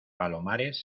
palomares